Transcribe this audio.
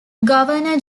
governor